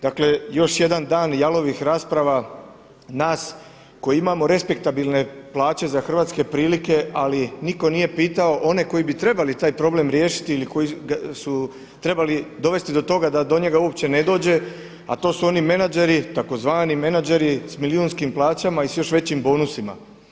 Dakle još jedan dan jalovih rasprava nas koji imamo respektabilne plaće za hrvatske prilike, ali nitko nije pitao one koji bi trebali taj problem riješiti ili koji su trebali dovesti do toga da do njega uopće ne dođe, a to su oni menadžeri tzv. menadžeri s milijunskim plaćama i s još većim bonusima.